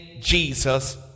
Jesus